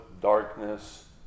darkness